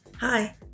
Hi